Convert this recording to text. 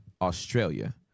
Australia